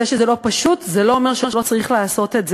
זה שזה לא פשוט, זה לא אומר שלא צריך לעשות את זה.